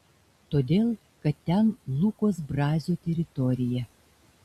todėl kad ten lukos brazio teritorija